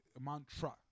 Mantra